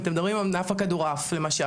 אם אתם מדברים על ענף הכדורעף למשל,